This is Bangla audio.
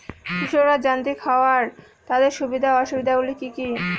কৃষকরা যান্ত্রিক হওয়ার তাদের সুবিধা ও অসুবিধা গুলি কি কি?